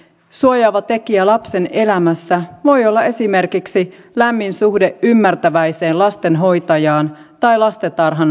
suojaava tekijä lapsen elämässä voi olla esimerkiksi lämmin suhde ymmärtäväiseen lastenhoitajaan tai lastentarhanopettajaan